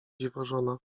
dziwożona